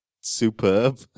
superb